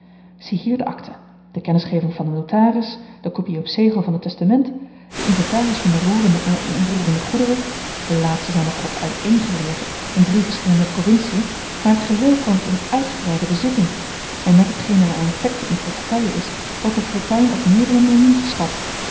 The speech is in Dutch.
ziehier de akten de kennisgeving van den notaris de copie op zegel van het testament den inventaris van de roerende en onroerende goederen de laatsten zijn nogal wat uiteen gelegen in drie verschillende provinciën maar t geheel vormt eene uitgebreide bezitting en met t geen er aan effecten in portefeuille is wordt de fortuin op meer dan een millioen geschat